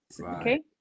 okay